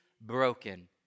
broken